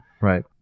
Right